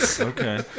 Okay